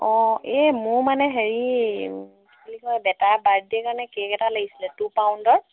অঁ এই মোৰ মানে হেৰি কি বুলি কয় বেটাৰ বাৰ্থডে কাৰণে কেক এটা লাগিছিলে টু পাউণ্ডৰ